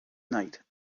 night